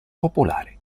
popolare